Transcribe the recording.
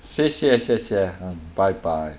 谢谢谢谢 mm 拜拜